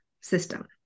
system